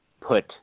put